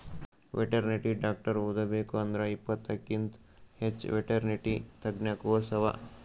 veterinary doctor ಓದಬೇಕ್ ಅಂದ್ರ ಇಪ್ಪತ್ತಕ್ಕಿಂತ್ ಹೆಚ್ಚ್ ವೆಟೆರ್ನಿಟಿ ತಜ್ಞ ಕೋರ್ಸ್ ಅವಾ